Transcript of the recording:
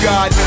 God